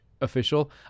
official